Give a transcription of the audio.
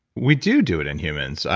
we do, do it in humans.